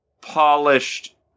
polished